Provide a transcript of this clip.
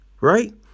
right